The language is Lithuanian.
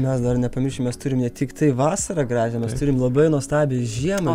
mes dar nepamiršim mes turim ne tiktai vasarą gražią mes turim labai nuostabią žiemą